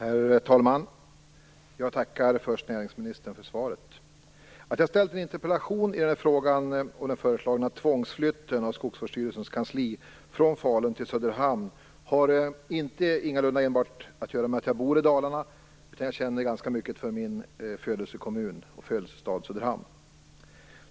Herr talman! Jag tackar först näringsministern för svaret. Att jag ställt en interpellation i frågan om den föreslagna tvångsflytten av skogsvårdsstyrelsens kansli från Falun till Söderhamn har ingalunda enbart att göra med att jag bor i Dalarna. Jag känner också ganska mycket för min födelsestad Söderhamn.